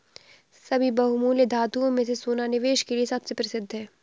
सभी बहुमूल्य धातुओं में से सोना निवेश के लिए सबसे प्रसिद्ध है